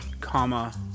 comma